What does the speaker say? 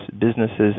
businesses